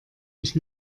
ich